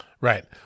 Right